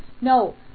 no